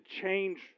change